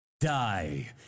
die